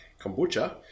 kombucha